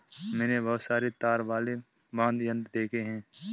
मैंने बहुत सारे तार वाले वाद्य यंत्र देखे हैं